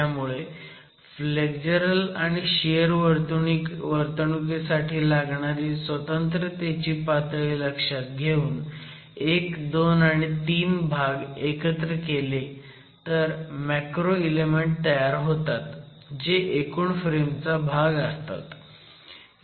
त्यामुळे फ्लेक्झर ल आणि शियर वर्तणुकीसाठी लागणारी स्वतंत्रतेची पातळी लक्षात घेऊन 12 आणि 3 भाग एकत्रित केले तर मॅक्रो इलेमेंट तयार होतात जे एकूण फ्रेमचा भाग असतात